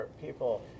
people